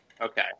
Okay